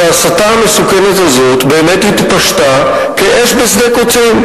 שההסתה המסוכנת הזאת באמת התפשטה כאש בשדה קוצים,